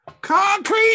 Concrete